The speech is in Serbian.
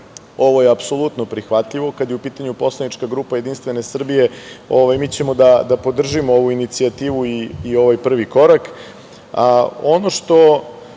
Ovo je apsolutno prihvatljivo. Kada je u pitanju poslanička grupa JS mi ćemo da podržimo ovu inicijativu i ovaj prvi korak,